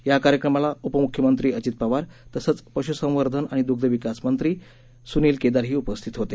या कार्यक्रमाला उपम्ख्यमंत्री अजित पवार तसंच पश्संर्वधन आणि द्ग्धव्यवसाय विकास मंत्री स्निल केदारही उपस्थित होते